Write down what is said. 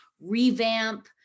revamp